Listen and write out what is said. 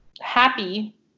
happy